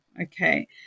okay